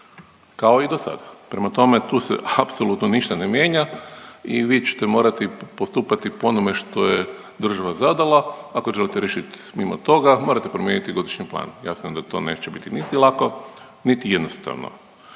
kao i do sada. Prema tome, tu se apsolutno ništa ne mijenja i vi ćete morati postupati po onome što je država zadala. Ako želite riješiti mimo toga morate promijeniti godišnji plan. Jasno da to neće biti niti lako, niti jednostavno.